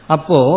Apo